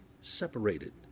separated